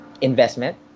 investment